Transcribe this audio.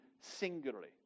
singularly